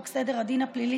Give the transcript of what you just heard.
הכללי)